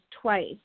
twice